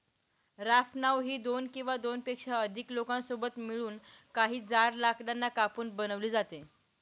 raft नाव ही दोन किंवा दोनपेक्षा अधिक लोकांसोबत मिळून, काही जाड लाकडांना कापून बनवली जाते